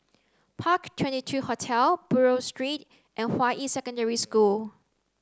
Park Twenty Two Hotel Buroh Street and Hua Yi Secondary School